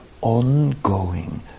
ongoing